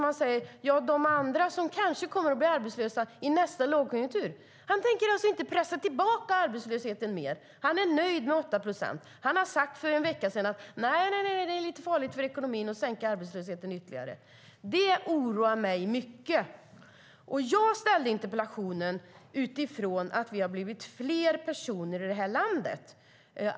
Han säger att de andra kanske kommer att bli arbetslösa i nästa lågkonjunktur. Han tänker inte pressa tillbaka arbetslösheten mer. Han är nöjd med 8 procent. Han sade för en vecka sedan: Det är lite farligt för ekonomin att sänka arbetslösheten ytterligare. Det oroar mig mycket. Jag ställde interpellationen utifrån att vi har blivit fler personer i landet.